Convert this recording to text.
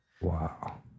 Wow